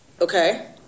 Okay